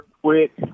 quick